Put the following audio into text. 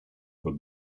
for